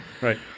Right